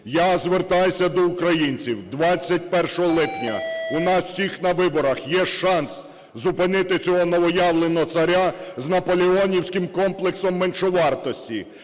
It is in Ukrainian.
Я звертаюсь до українців. 21 липня у нас всіх на виборах є шанс зупинити цього новоявленого царя з наполеонівським комплексом меншовартості,